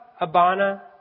Abana